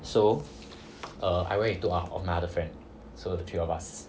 so err I went into my other friend so the three of us